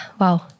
wow